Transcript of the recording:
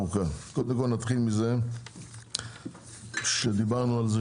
קודם כל נתחיל מזה שדיברנו על זה